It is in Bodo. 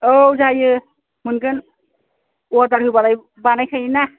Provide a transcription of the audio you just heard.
औ जायो मोनगोन अर्दार होबालाय बानायखायो ना